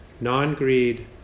non-greed